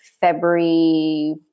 February